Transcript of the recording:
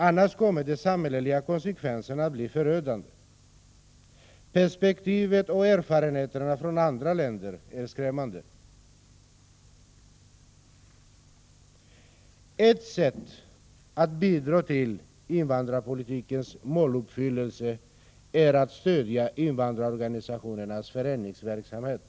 Annars kommer de samhälleliga konsekvenserna att bli förödande — i det perspektivet är erfarenheterna från andra länder skrämmande. Ett sätt att bidra till invandrarpolitikens måluppfyllelse är att stödja invandrarorganisationernas föreningsverksamhet.